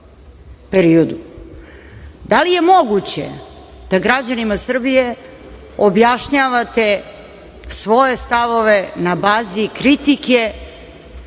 periodu? Da li je moguće da građanima Srbije objašnjavate svoje stavove na bazi kritike